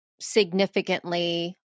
significantly